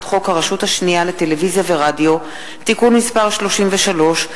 חוק הרשות השנייה לטלוויזיה ורדיו (תיקון מס' 33)